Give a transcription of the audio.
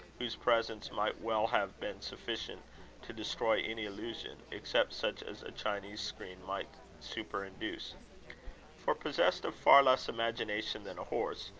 whose presence might well have been sufficient to destroy any illusion, except such as a chinese screen might superinduce for, possessed of far less imagination than a horse,